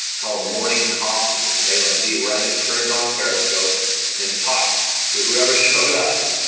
called morning coffee with malan z, where i just turned on periscope and talked to whoever showed up.